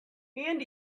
and